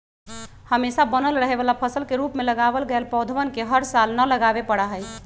हमेशा बनल रहे वाला फसल के रूप में लगावल गैल पौधवन के हर साल न लगावे पड़ा हई